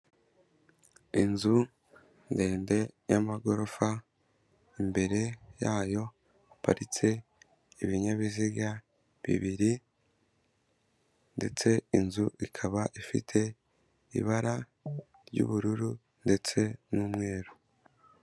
Inzu ndende y'amagorofa, imbere yayo haparitse ibinyabiziga bibiri, ndetse inzu ikaba ifite ibara ry'ubururu ndetse n'umweru.